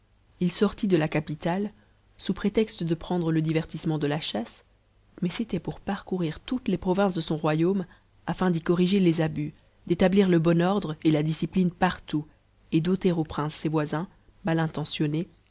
il sortit de la capitale sous prétexte de prendre le divertissement de la chasse mais c'était pour parcourir toutes les provinces son royaume afin d'y corriger les abus d'établir le bon ordre et la discipline partout et d'ôter aux princes ses voisins